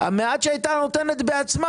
המעט שנתנה בעצמה,